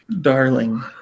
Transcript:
Darling